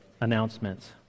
announcements